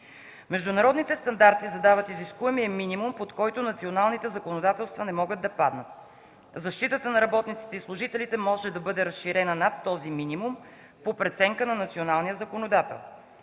Международните стандарти задават изискуемия минимум, под който националните законодателства не могат да паднат. Защитата на работниците и служителите може да бъде разширена над този минимум по преценка на националния законодател.